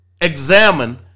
examine